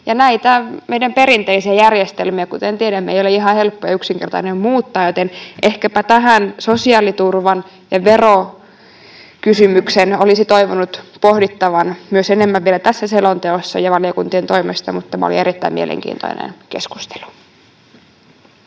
Näitä meidän perinteisiä järjestelmiä, kuten tiedämme, ei ole ihan helppoa ja yksinkertaista muuttaa, joten ehkäpä tätä sosiaaliturva- ja verokysymystä olisi toivonut pohdittavan vielä enemmän myös tässä selonteossa jo valiokuntien toimesta, mutta tämä oli erittäin mielenkiintoinen keskustelu.